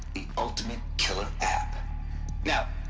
the ultimate killer app now.